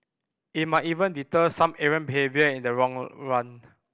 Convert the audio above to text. it might even deter some errant behaviour in the long run